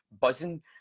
buzzing